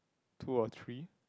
two or three